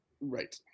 Right